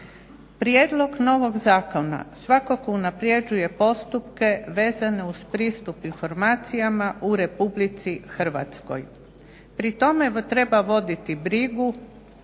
Prijedlog novog zakona svakako unapređuje postupke vezane uz pristup informacijama u RH. Pri tome treba voditi brigu